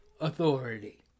authority